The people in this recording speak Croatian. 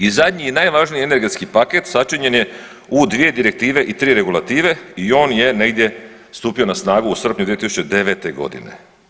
I zadnji i najvažniji energetski paket sačinjen je u 2 direktive i 3 regulative i on je negdje stupio na snagu u srpnju 2009. godine.